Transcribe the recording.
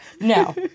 No